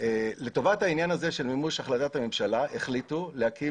לטובת העניין הזה של מימוש החלטת הממשלה החליטו להקים